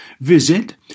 Visit